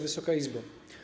Wysoka Izbo!